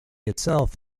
itself